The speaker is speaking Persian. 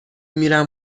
میرم